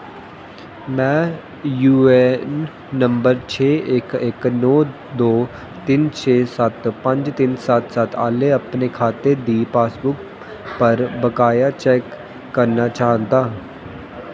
में U A N number छे इक इक नौ दो तिन्न छे सत्त पंज तिन्न सत्त सत्त आह्ले अपने खाते दी पासबुक पर बकाया चैक्क करना चांह्दा